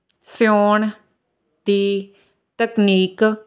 ਸਿਊਣ ਦੀ ਤਕਨੀਕ